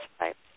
right